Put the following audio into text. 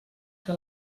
que